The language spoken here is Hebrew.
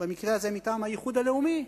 במקרה הזה מטעם האיחוד הלאומי: